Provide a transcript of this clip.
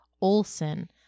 Olson